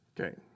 Okay